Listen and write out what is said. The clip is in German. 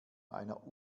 einer